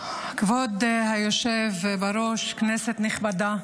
כבוד היושב-ראש, כנסת נכבדה,